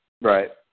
Right